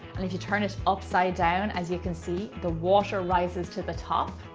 and if you turn it upside down, as you can see the water rises to the top.